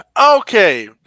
Okay